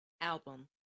album